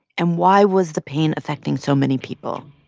and why was the pain affecting so many people?